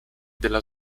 della